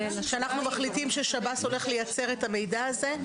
אנחנו מחליטים ששב"ס הולך לייצר את המידע הזה?